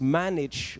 manage